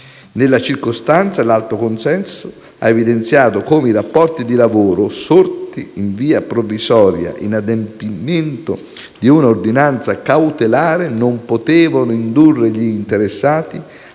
Nella circostanza l'Alto consesso ha evidenziato come i rapporti di lavoro, sorti in via provvisoria in adempimento di un'ordinanza cautelare, non potevano indurre gli interessati